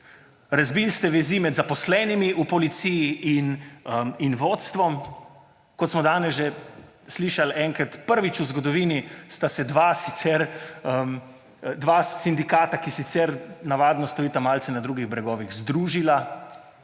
Razbil ste vezi med zaposlenimi v Policiji in vodstvom, kot smo danes že slišali enkrat, prvič v zgodovini sta se dva sindikata, ki sicer navadno stojita malce na drugih bregovih, združila